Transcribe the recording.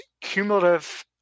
cumulative